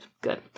good